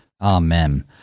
Amen